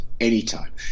Anytime